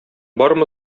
бармы